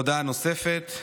הודעה נוספת.